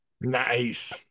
Nice